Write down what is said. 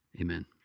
Amen